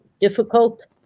difficult